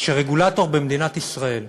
כשרגולטור במדינת ישראל,